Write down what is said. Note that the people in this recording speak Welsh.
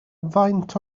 faint